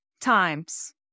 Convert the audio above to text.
times